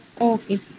Okay